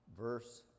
Verse